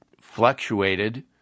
fluctuated